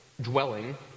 dwelling